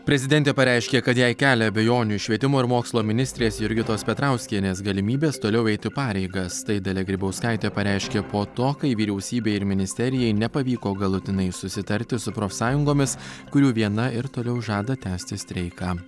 prezidentė pareiškė kad jai kelia abejonių švietimo ir mokslo ministrės jurgitos petrauskienės galimybės toliau eiti pareigas tai dalia grybauskaitė pareiškė po to kai vyriausybei ir ministerijai nepavyko galutinai susitarti su profsąjungomis kurių viena ir toliau žada tęsti streiką